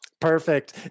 Perfect